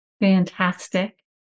Fantastic